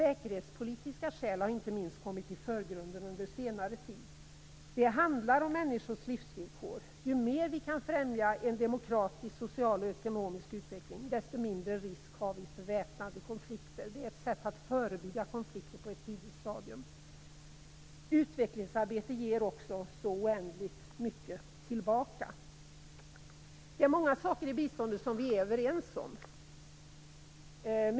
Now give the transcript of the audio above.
Säkerhetspolitiska skäl har inte minst kommit i förgrunden under senare tid. Det handlar om människors livsvillkor. Det är ett sätt att förebygga konflikter på ett tidigt stadium. Utvecklingsarbete ger också oändligt mycket tillbaka. Det är många saker i biståndet som vi är överens om.